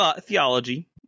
theology